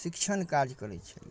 शिक्षण काज करै छलिए